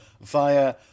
via